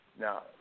Now